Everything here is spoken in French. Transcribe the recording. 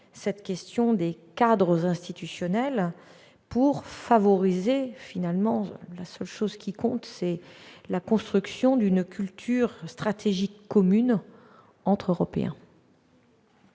la question des cadres institutionnels pour favoriser, et c'est finalement la seule chose qui compte, la construction d'une culture stratégique commune entre Européens.